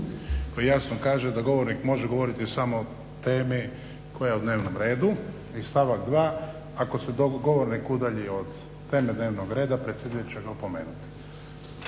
koji jasno kaže da govornik može govoriti samo o temi koja je u dnevnom redu. I stavak 2. Ako se govornik udalji od teme dnevnog reda, predsjedajući će ga opomenuti.